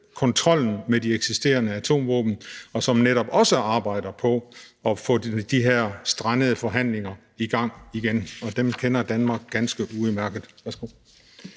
kontrollen med de eksisterende atomvåben, og som netop også arbejder på at få de her strandede forhandlinger i gang igen, og dem kender Danmark ganske udmærket.